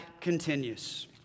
continues